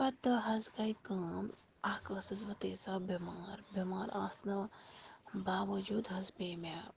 پَتہٕ حظ گٔے کٲم اَکھ ٲسٕس بہٕ تیٖژاہ بٮ۪مار بٮ۪مار آسنہٕ باوَجوٗد حظ پے مےٚ